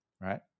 right